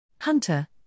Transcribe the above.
Hunter